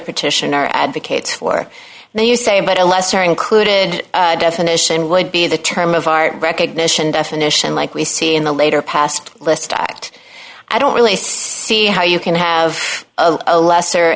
petitioner advocates for then you say but a lesser included definition would be the term of art recognition definition like we see in the later past list act i don't really see how you can have a lesser